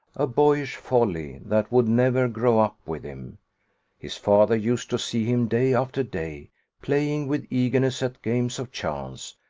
a boyish folly, that would never grow up with him his father used to see him, day after day, playing with eagerness at games of chance,